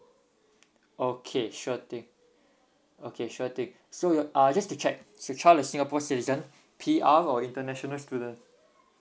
okay sure thing okay sure thing so you uh just to check is your child a singapore citizen P_R or international student